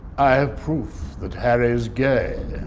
i have proof that harry is gay.